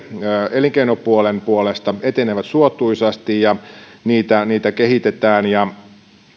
elinkeinopuolen puolesta etenevät suotuisasti ja niitä niitä kehitetään ja